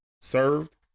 served